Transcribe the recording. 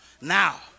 Now